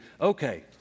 okay